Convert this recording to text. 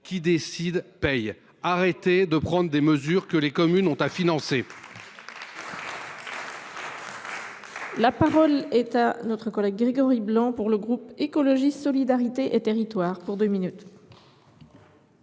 qui décide paie ! Cessez de prendre des mesures que les communes doivent financer